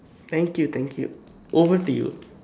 thank you thank you over to you